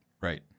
right